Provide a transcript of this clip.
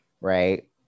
right